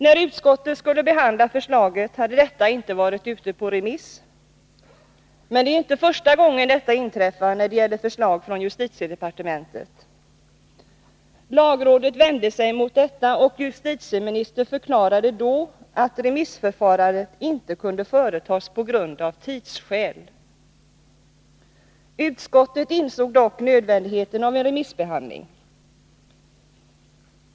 När utskottet skulle behandla förslaget hade det inte varit ute på remiss. Men det är ju inte första gången detta inträffar när det gäller förslag från justitiedepartementet. Lagrådet vände sig mot detta, och justitieministern förklarade då att remissförfarande inte kunnat företas av tidsskäl. Utskottet insåg dock nödvändigheten av en remissbehandling.